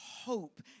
hope